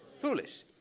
foolish